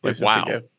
wow